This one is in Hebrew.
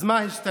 אז מה השתנה?